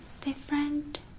different